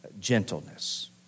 gentleness